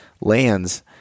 lands